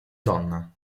donna